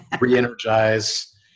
re-energize